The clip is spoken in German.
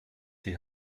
die